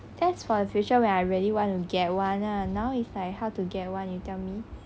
that's for the future when I really want to get one lah now if like how to get [one] you tell me